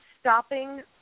stopping